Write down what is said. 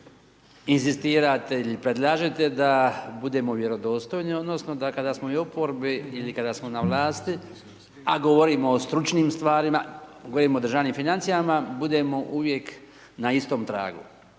inzistirate ili predlažete da budemo vjerodostojni, odnosno, da kada smo u oporbi ili kada smo na vlasti, a govorimo o stručnim stvarima, govorimo o državnim financijama, budemo uvijek na istom tragu,